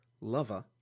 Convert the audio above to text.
lover